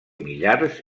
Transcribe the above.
millars